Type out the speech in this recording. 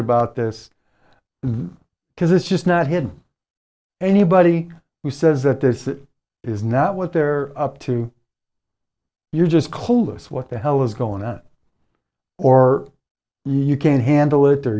about this though because it's just not had anybody who says that this is not what they're up to you're just clueless what the hell is going on or you can't handle it or